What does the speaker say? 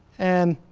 and,